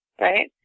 right